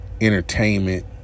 entertainment